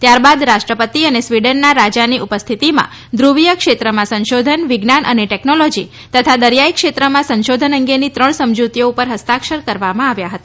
ત્યારબાદ રાષ્ટ્રપતિ અને સ્વીડનના રાજાની ઉપસ્થિતિમાં ધૂવીય ક્ષેત્રમાં સંશોધન વિજ્ઞાન અને ટેકનોલોજી તથા દરિયાઇ ક્ષેત્રમાં સંશોધન અંગેની ત્રણ સમજુતીઓ ઉપર હસ્તાક્ષર કરવામાં આવ્યા હતા